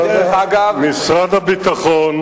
משרד הביטחון